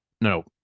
No